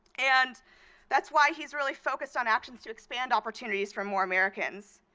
and that's why he's really focused on actions to expand opportunities for more americans.